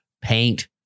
paint